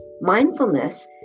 Mindfulness